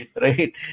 right